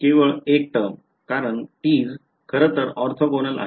केवळ एक टर्म कारण t's खरं तर orthogonal आहे